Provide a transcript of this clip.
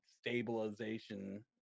stabilization